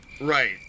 Right